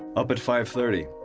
up at five thirty.